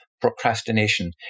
procrastination